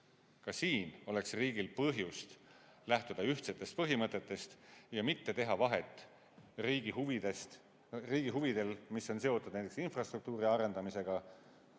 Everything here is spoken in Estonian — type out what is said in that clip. Ka siin oleks riigil põhjust lähtuda ühtsetest põhimõtetest ja mitte teha vahet riigi huvidel, mis on seotud näiteks infrastruktuuri arendamisega,